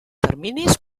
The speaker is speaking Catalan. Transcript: terminis